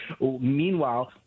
Meanwhile